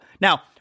Now